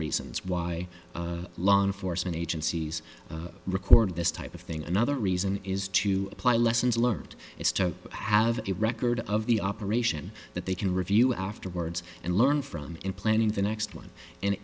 reasons why law enforcement agencies record this type of thing another reason is to apply lessons learned is to have a record of the operation that they can review afterwards and learn from in planning the next one and